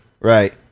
Right